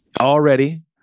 already